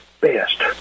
best